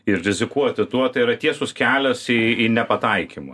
ir rizikuoti tuo tai yra tiesus kelias į į nepataikymą